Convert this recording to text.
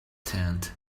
tent